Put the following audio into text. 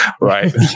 right